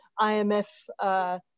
IMF